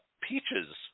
peaches